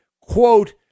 quote